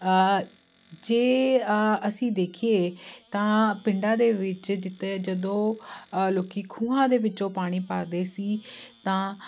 ਜੇ ਆਹ ਅਸੀਂ ਦੇਖੀਏ ਤਾਂ ਪਿੰਡਾਂ ਦੇ ਵਿੱਚ ਜਿੱਥੇ ਜਦੋਂ ਲੋਕੀ ਖੂਹਾਂ ਦੇ ਵਿੱਚੋਂ ਪਾਣੀ ਭਰਦੇ ਸੀ ਤਾਂ